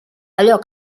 allò